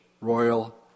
Royal